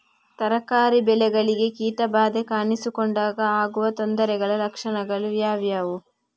ತರಕಾರಿ ಬೆಳೆಗಳಿಗೆ ಕೀಟ ಬಾಧೆ ಕಾಣಿಸಿಕೊಂಡಾಗ ಆಗುವ ತೊಂದರೆಗಳ ಲಕ್ಷಣಗಳು ಯಾವುವು?